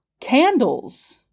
candles